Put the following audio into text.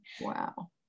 wow